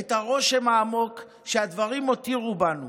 את הרושם העמוק שהדברים הותירו בנו,